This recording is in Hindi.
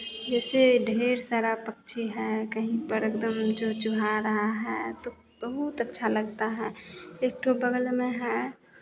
जैसे ढेर सारा पक्षी है कहीं पर एकदम चुहचुहा रहा है तो बहुत अच्छा लगता है एक ठो बगल में है